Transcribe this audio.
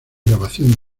grabación